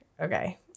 Okay